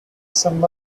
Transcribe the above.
some